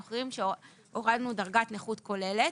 אתם זוכרים שהורדנו דרגת נכות כוללת